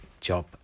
job